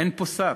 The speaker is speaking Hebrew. אין פה שר.